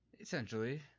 essentially